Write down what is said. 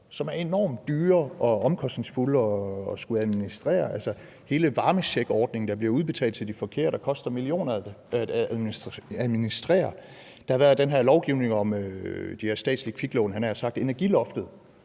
som er enormt dyre og omkostningsfulde at skulle administrere. Der har været hele ordningen med varmecheck, der bliver udbetalt til de forkerte og koster millioner at administrere. Der har været den her lovgivning om de her statslige kviklån, havde jeg nær sagt, og energiloftet